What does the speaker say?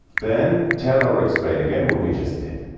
then tell or explain again what we just did.